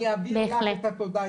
אני אעביר לך את התודה,